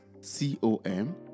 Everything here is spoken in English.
C-O-M